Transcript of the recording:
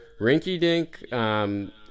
rinky-dink